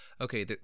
okay